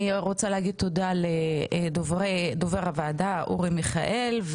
אני רוצה להגיד תודה לדובר הוועדה אורי מיכאל,